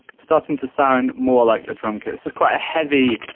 starting to sound more like a drum kit. this is quite a heavy,